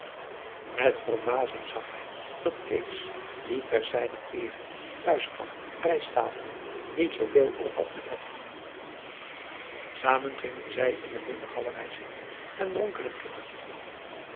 met verbazing zag hij dat kees die ter zijner eere thuis kwam rijsttafelen niet zooveel op had met dat kind samen gingen zij in de binnengalerij zitten en dronken een bittertje